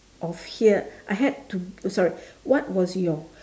of here I had to sorry what was your